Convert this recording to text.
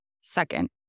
second